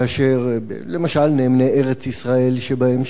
למשל נאמני ארץ-ישראל שבהם,